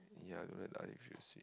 yeah I don't like the artificial sweet